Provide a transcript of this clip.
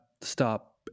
stop